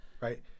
Right